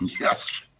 Yes